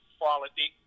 quality